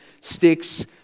sticks